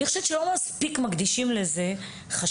אני חושבת שלא מקדישים לזה מספיק חשיבות.